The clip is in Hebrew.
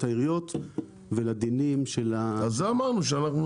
העיריות ולדינים שחלים --- על זה אמרנו,